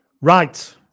Right